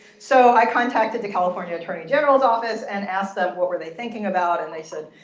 so i contacted the california attorney general's office and asked them what were they thinking about. and they said,